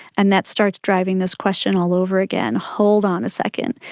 and that starts driving this question all over again hold on a second,